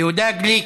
יהודה גליק,